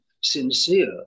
sincere